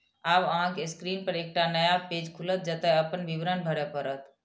आब अहांक स्क्रीन पर एकटा नया पेज खुलत, जतय अपन विवरण भरय पड़त